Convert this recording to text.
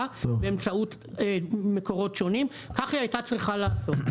באמצעות מקורות שונים כך היא הייתה צריכה לעשות.